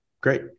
Great